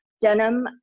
denim